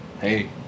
Hey